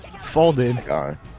Folded